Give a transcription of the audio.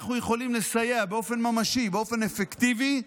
אנחנו יכולים לסייע באופן ממשי, באופן אפקטיבי,